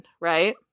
right